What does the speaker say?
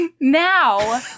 now